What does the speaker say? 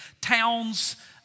towns